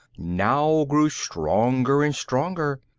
now grew stronger and stronger.